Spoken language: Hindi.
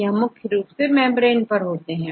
यह मुख्य रूप से मेंब्रेन पर होते हैं